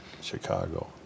Chicago